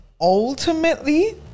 ultimately